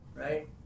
Right